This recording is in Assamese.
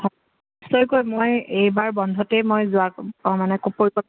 নিশ্চয়কৈ মই এইবাৰ বন্ধতেই মই যোৱা মানে